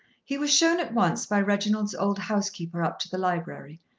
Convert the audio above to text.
he was shown at once by reginald's old housekeeper up to the library,